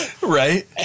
right